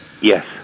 Yes